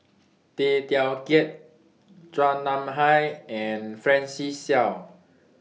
Tay Teow Kiat Chua Nam Hai and Francis Seow